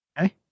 okay